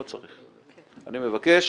אני מבקש